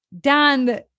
Dan